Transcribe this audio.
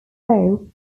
law